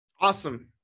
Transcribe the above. Awesome